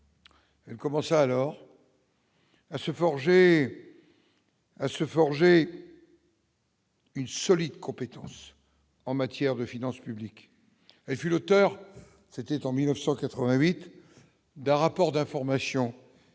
à se forger à se forger. Une solide compétence en matière de finances publiques et puis l'auteur, c'était en 1988 d'un rapport d'information